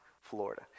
Florida